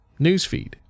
newsfeed